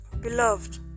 Beloved